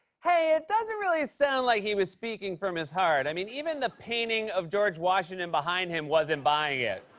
hey, it doesn't really sound like he was speaking from his heart. i mean, even the painting of george washington behind him wasn't buying it.